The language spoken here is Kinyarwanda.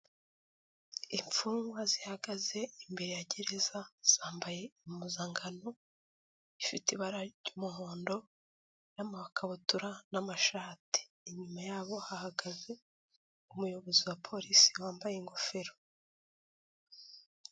Imfungwa zihagaze imbere ya gereza zambaye impuzankan ifite ibara ry'umuhondo n'amakabutura n'amashati inyuma yabo hahagaze umuyobozi wa polisi wambaye ingofero.